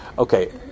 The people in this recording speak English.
Okay